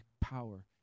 power